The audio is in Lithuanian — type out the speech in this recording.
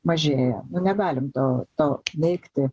mažėja nu negalim to to neigti